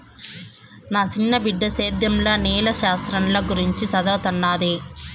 నా సిన్న బిడ్డ సేద్యంల నేల శాస్త్రంల గురించి చదవతన్నాది